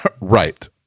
Right